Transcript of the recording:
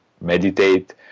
meditate